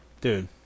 Dude